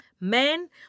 men